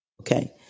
Okay